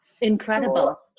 Incredible